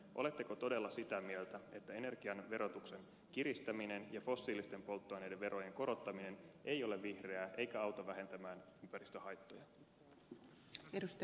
oletteko todella sitä mieltä että energian verotuksen kiristäminen ja fossiilisten polttoaineiden verojen korottaminen ei ole vihreää eikä auta vähentämään ympäristöhaittoja